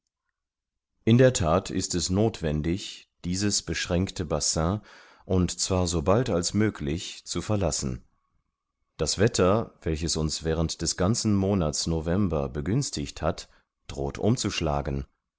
in der that ist es nothwendig dieses beschränkte bassin und zwar sobald als möglich zu verlassen das wetter welches uns während des ganzen monats november begünstigt hat droht umzuschlagen